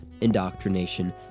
indoctrination